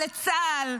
לצה"ל.